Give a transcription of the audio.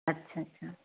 अच्छा अच्छा